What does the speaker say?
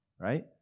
right